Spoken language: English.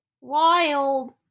Wild